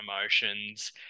emotions